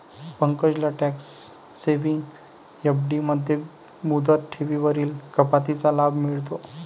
पंकजला tax saving FD मध्ये मुदत ठेवींवरील कपातीचा लाभ मिळतो